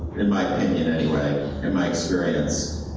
in my opinion anyway, in my experience,